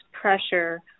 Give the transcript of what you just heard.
pressure